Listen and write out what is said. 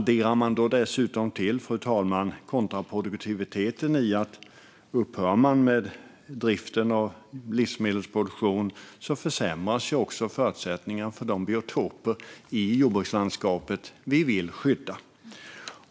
Därtill kommer kontraproduktiviteten: Upphör man med driften och livsmedelsproduktionen försämras också förutsättningarna för de biotoper i jordbrukslandskapet vi vill skydda.